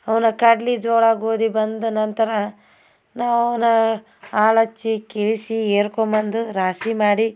ಅವನ್ನ ಕಡ್ಲೆ ಜೋಳ ಗೋಧಿ ಬಂದ ನಂತರ ನಾವು ನಾ ಆಳು ಹಚ್ಚಿ ಕೀಳಿಸಿ ಹೇರ್ಕೊಂಬಂದು ರಾಶಿ ಮಾಡಿ